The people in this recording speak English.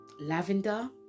lavender